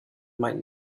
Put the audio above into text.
might